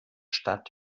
stadt